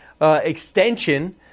extension